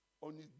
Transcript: on